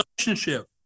relationship